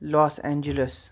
Los Angeles